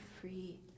free